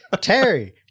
Terry